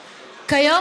כיום,